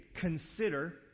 consider